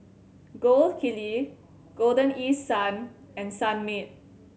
Gold Kili Golden East Sun and Sunmaid